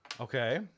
Okay